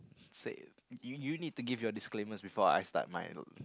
say you need to give your disclaimers before I start my